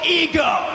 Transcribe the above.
ego